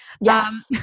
Yes